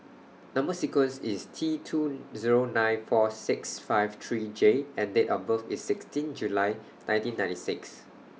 Number sequence IS T two Zero nine four six five three J and Date of birth IS sixteen July nineteen ninety six